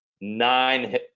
Nine